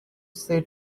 say